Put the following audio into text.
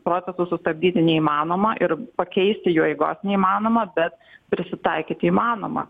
procesų sustabdyti neįmanoma ir pakeisti jų eigos neįmanoma bet prisitaikyt įmanoma